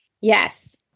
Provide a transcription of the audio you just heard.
Yes